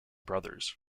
brothers